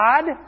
God